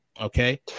okay